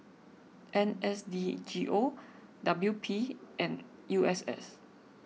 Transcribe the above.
N S D G O W P and U S S